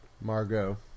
Margot